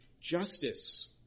justice